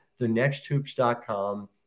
thenexthoops.com